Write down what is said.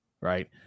right